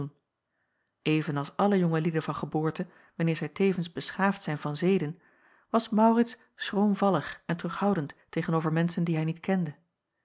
even als alle jonge lieden van geboorte wanneer zij tevens beschaafd zijn van zeden was maurits schroomvallig en terughoudend tegen-over menschen die hij niet kende